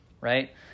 right